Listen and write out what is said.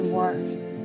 worse